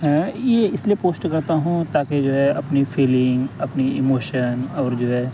یہ اس لیے پوسٹ کرتا ہوں تاکہ جو ہے اپنی فیلنگ اپنی ایموشن اور جو ہے